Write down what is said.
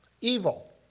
Evil